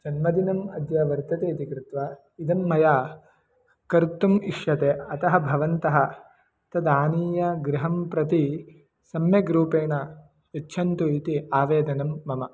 जन्मदिनम् अद्य वर्तते इति कृत्वा इदं मया कर्तुम् इष्यते अतः भवन्तः तदानीयगृहं प्रति सम्यग्रूपेण यच्छन्तु इति आवेदनं मम